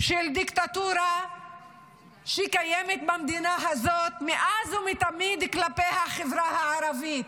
של דיקטטורה שקיימת במדינה הזאת מאז ומתמיד כלפי החברה הערבית.